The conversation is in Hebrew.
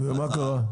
ומה קרה?